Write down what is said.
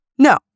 No